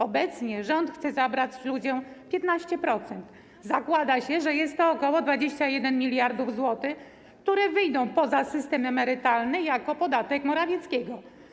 Obecnie rząd chce zabrać ludziom 15%, zakłada się, że jest to ok. 21 mld zł, które wyjdą poza system emerytalny jako podatek Morawieckiego.